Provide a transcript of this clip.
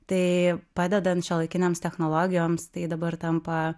tai padedant šiuolaikinėms technologijoms tai dabar tampa